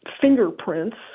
fingerprints